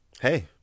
Hey